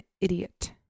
idiot